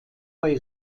bei